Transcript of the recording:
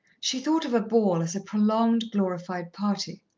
she thought of a ball as a prolonged, glorified party.